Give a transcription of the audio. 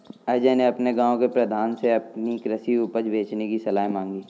अजय ने अपने गांव के प्रधान से अपनी कृषि उपज बेचने की सलाह मांगी